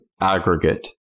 aggregate